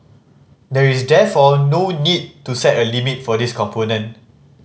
there is therefore no need to set a limit for this component